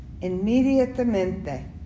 inmediatamente